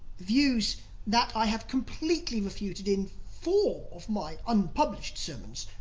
views that i have completely refuted in four of my unpublished sermons.